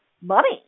money